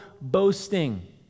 boasting